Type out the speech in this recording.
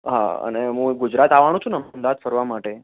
હા અને હું ગુજરાત આવવાનો છું ને અમદાવાદ ફરવા માટે